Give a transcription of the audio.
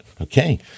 okay